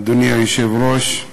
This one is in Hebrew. אדוני היושב-ראש,